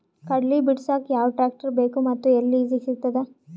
ಕಡಲಿ ಬಿಡಸಕ್ ಯಾವ ಟ್ರ್ಯಾಕ್ಟರ್ ಬೇಕು ಮತ್ತು ಎಲ್ಲಿ ಲಿಜೀಗ ಸಿಗತದ?